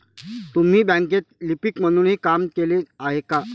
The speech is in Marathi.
तुम्ही बँकेत लिपिक म्हणूनही काम केले आहे का?